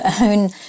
own